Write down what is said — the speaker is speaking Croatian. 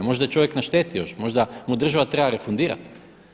Možda je čovjek na šteti još, možda mu država treba refundirati.